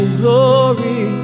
glory